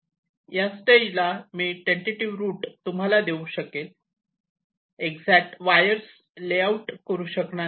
या स्टेजला मी टेंटेटिव्ह रुट तुम्हाला देऊ शकेल एक्जेक्ट वायर्स लेआउट करू शकणार नाही